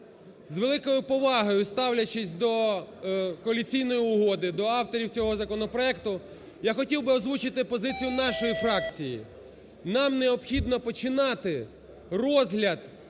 З великою повагою ставлячись до Коаліційної угоди, до авторів цього законопроекту, я хотів би озвучити позицію нашої фракції. Нам необхідно починати розгляд